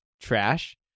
trash